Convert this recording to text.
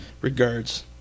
Regards